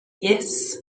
yes